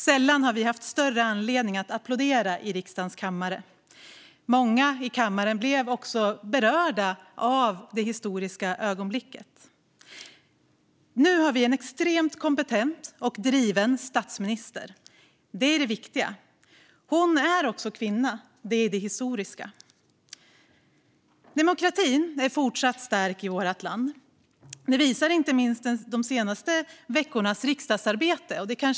Sällan har vi haft större anledning att applådera i riksdagens kammare. Många i kammaren blev också berörda av det historiska ögonblicket. Vi har nu en extremt kompetent och driven statsminister. Det är det viktiga. Hon är också kvinna. Det är det historiska. Demokratin är fortsatt stark i vårt land. Det visar inte minst de senaste veckornas riksdagsarbete.